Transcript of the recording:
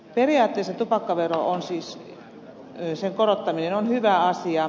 periaatteessa tupakkaveron korottaminen on hyvä asia